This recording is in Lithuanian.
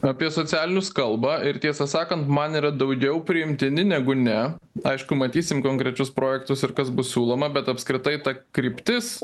apie socialinius kalba ir tiesą sakant man yra daugiau priimtini negu ne aišku matysim konkrečius projektus ir kas bus siūloma bet apskritai ta kryptis